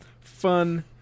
fun